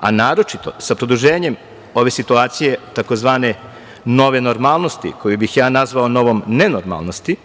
a naročito sa produženjem ove situacije, tzv. nove normalnosti, koju bih nazvao novom nenormalnosti,